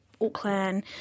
Auckland